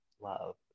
love